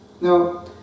Now